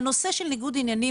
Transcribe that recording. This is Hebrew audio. הנושא של ניגוד עניינים,